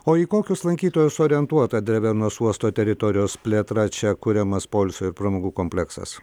o į kokius lankytojus orientuota drevernos uosto teritorijos plėtra čia kuriamas poilsio ir pramogų kompleksas